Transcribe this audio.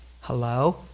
Hello